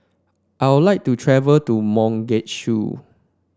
I would like to travel to Mogadishu